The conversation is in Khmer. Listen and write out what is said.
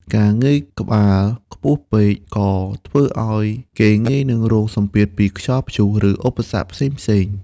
ការងើយក្បាលខ្ពស់ពេក ក៏ធ្វើឱ្យគេងាយនឹងរងសម្ពាធពីខ្យល់ព្យុះ ឬឧបសគ្គផ្សេងៗ។